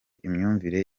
imyumvire